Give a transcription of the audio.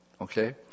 okay